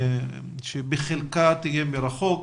שחלקה יהיה מרחוק,